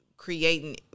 Creating